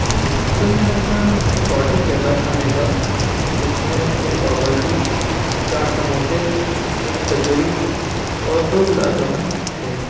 جی sir میں نے اپنا ایک آرڈر کیا تھا کھانے کا جس میں ایک پاؤ بھاجی چار سموسے ایک کچوری اور دو گلاب جامن تھے